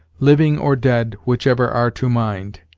living or dead, whichever are to mind.